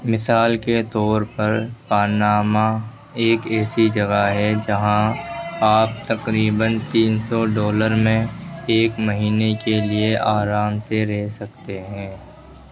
مثال کے طور پر پاناما ایک ایسی جگہ ہے جہاں آپ تقریباً تین سو ڈالر میں ایک مہینے کے لیے آرام سے رہ سکتے ہیں